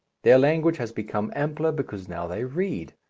their language has become ampler because now they read.